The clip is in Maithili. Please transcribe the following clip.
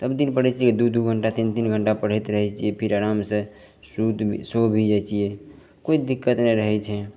सबदिन पढ़ै छी दुइ दुइ घण्टा तीन तीन घण्टा पढ़ैत रहै छी फेर आरामसे सुति सो भी जाइ छिए किछु दिक्कत नहि रहै छै